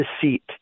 deceit